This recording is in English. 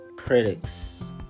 Critics